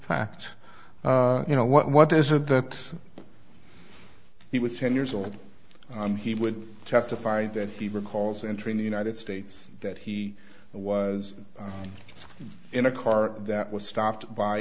fact you know what what is it that he was ten years old i'm he would testify that he recalls entering the united states that he was in a car that was stopped by